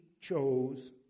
chose